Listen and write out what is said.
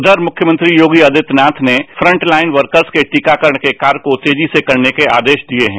उषर मुख्यमंत्री योगी आदित्यनाथ ने front line workers के टीकाकरण के कार्य को तेजी से करने के आदेश दिए हैं